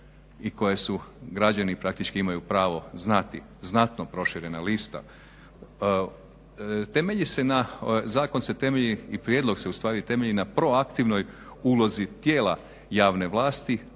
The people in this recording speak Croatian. i koja su građani praktički imaju pravo znati znatno proširena lista. Zakon se temelji zapravo prijedlog se temelji na proaktivnoj ulozi tijela javne vlasti,